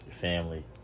family